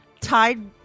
tied